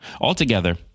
Altogether